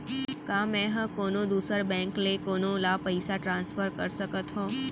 का मै हा कोनहो दुसर बैंक ले कोनहो ला पईसा ट्रांसफर कर सकत हव?